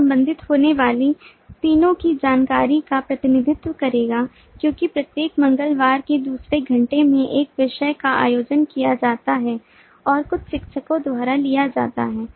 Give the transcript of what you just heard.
यह संबंधित होने वाली तीनों की जानकारी का प्रतिनिधित्व करेगा क्योंकि प्रत्येक मंगलवार के दूसरे घंटे में एक विषय का आयोजन किया जाता है और कुछ शिक्षकों द्वारा लिया जाता है